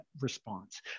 response